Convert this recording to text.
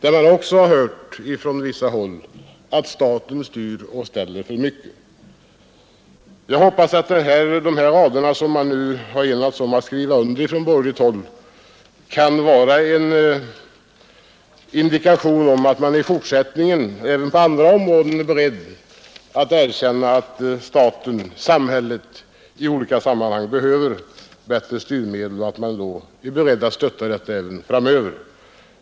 Jag hoppas att de rader i reservationen som man från borgerligt håll har enats om att skriva under är en indikation på att man i fortsättningen även på andra områden är beredd att erkänna att staten, samhället, behöver bättre styrmedel och att man är beredd att stödja förslag därom framöver.